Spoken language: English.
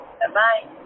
bye-bye